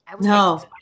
No